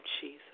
Jesus